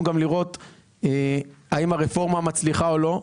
גם לראות האם הרפורמה מצליחה או לא.